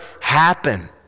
happen